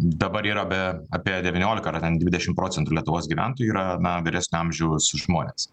dabar yra be apie devyniolika ar dvidešim procentų lietuvos gyventojų yra vyresnio amžiaus žmonės